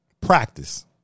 Practice